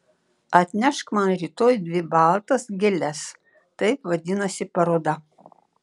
atnešk man rytoj dvi baltas gėles taip vadinasi paroda